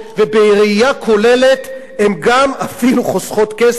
ובראייה כוללת הן גם אפילו חוסכות כסף,